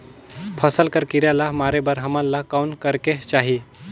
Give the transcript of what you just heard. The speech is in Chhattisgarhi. फसल कर कीरा ला मारे बर हमन ला कौन करेके चाही?